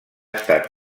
estat